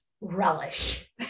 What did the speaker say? relish